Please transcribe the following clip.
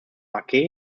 aceh